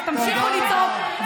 אז תמשיכו לצעוק,